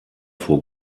vor